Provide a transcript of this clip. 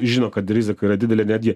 žino kad rizika yra didelė netgi